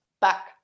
back